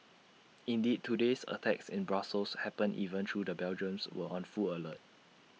indeed today's attacks in Brussels happened even through the Belgians were on full alert